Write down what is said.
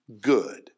good